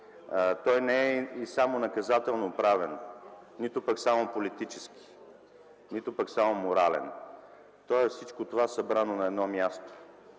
Той не е и само наказателно-правен, нито пък само политически, нито само морален. Той е всичко това, събрано на едно място,